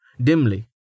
Dimly